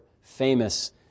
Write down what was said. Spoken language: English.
famous